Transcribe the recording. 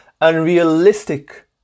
unrealistic